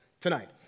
tonight